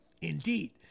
indeed